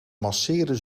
masseren